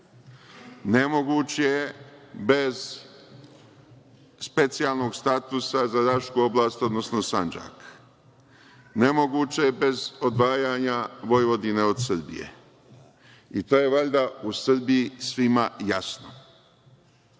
Nemoguć je bez specijalnog statusa za rašku oblast, odnosno Sandžak. Nemoguć je bez odvajanja Vojvodine od Srbije i to je valjda u Srbiji svima jasno,